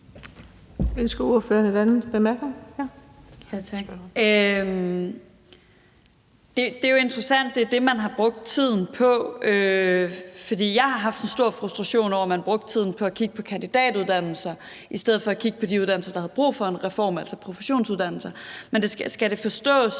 17:17 Sofie Lippert (SF): Det er jo interessant, at det er det, man har brugt tiden på, for jeg har haft en stor frustration over, at man brugte tiden på at kigge på kandidatuddannelser i stedet for at kigge på de uddannelser, der havde brug for en reform, altså professionsuddannelser. Men skal det forstås